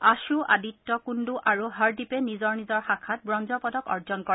আশু আদিত্য কৃণ্ণু আৰু হৰদ্বীপে নিজৰ নিজৰ শাখাত ব্ৰঞ্জৰ পদক অৰ্জন কৰে